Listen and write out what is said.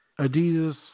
Adidas